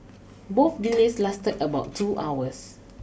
both delays lasted about two hours